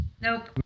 Nope